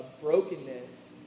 brokenness